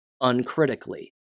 uncritically